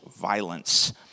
violence